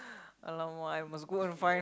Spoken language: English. !Alamak! I must go and find